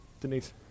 Denise